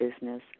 business